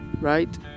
right